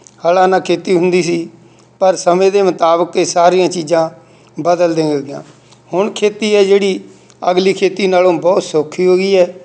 ਹਲਾਂ ਨਾਲ ਖੇਤੀ ਹੁੰਦੀ ਸੀ ਪਰ ਸਮੇਂ ਦੇ ਮੁਤਾਬਕ ਇਹ ਸਾਰੀਆਂ ਚੀਜ਼ਾਂ ਬਦਲਦੀਆਂ ਗਈਆਂ ਹੁਣ ਖੇਤੀ ਹੈ ਜਿਹੜੀ ਅਗਲੀ ਖੇਤੀ ਨਾਲੋਂ ਬਹੁਤ ਸੌਖੀ ਹੋ ਗਈ ਹੈ